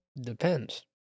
Depends